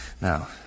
Now